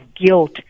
guilt